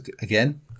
again